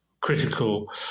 critical